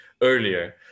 earlier